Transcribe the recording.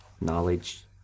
knowledge